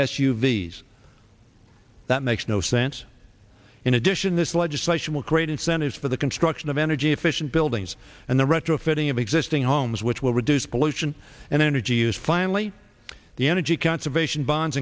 v s that makes no sense in addition this legislation will create incentives for the construction of energy efficient buildings and the retrofitting of existing homes which will reduce pollution and energy use finally the energy conservation bonds